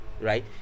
Right